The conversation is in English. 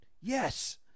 Yes